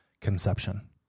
conception